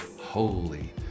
holy